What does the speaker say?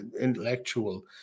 intellectual